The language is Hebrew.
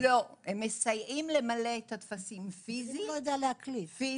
לא, הם מסייעים למלא את הטפסים פיזית, פיזית,